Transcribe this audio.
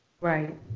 Right